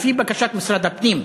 לפי בקשת משרד הפנים,